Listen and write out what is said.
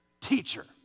Teacher